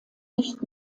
nicht